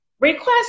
request